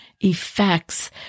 effects